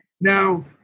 Now